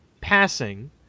passing